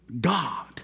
God